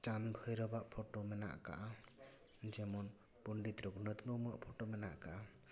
ᱪᱟᱸᱫ ᱵᱷᱳᱭᱨᱳᱵᱽ ᱟᱜ ᱯᱷᱳᱴᱳ ᱢᱮᱱᱟᱜ ᱟᱠᱟᱫᱟ ᱡᱮᱢᱚᱱ ᱯᱚᱸᱰᱤᱛ ᱨᱩᱜᱷᱩᱱᱟᱛᱷ ᱢᱩᱨᱢᱩᱣᱟᱜ ᱯᱷᱳᱴᱳ ᱢᱮᱱᱟᱜ ᱟᱠᱟᱫᱟ